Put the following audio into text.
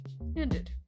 Ended